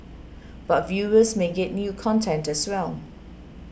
but viewers may get new content as well